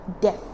death